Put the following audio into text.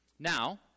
Now